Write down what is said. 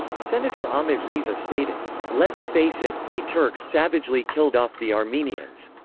senator ahmet riza stated let's face it, we turks savagely killed off the armenians.